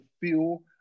feel